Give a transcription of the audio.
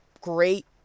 great